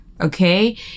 Okay